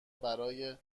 برای